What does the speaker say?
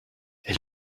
elle